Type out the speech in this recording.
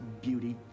beauty